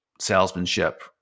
salesmanship